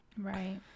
Right